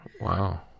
Wow